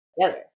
together